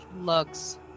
looks